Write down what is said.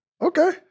Okay